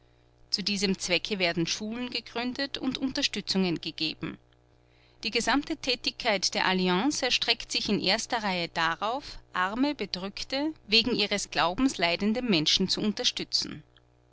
zu diesem zwecke werden schulen gegründet und unterstützungen gegeben die gesamte tätigkeit der alliance erstreckt sich in erster reihe darauf arme bedrückte wegen ihres glaubens leidende menschen zu unterstützen